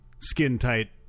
skin-tight